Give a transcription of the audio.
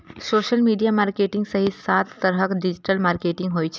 social media marketing सहित सात तरहक डिजिटल मार्केटिंग होइ छै